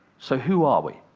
so who are we?